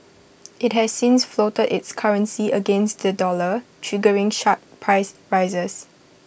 IT has since floated its currency against the dollar triggering sharp price rises